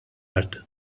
art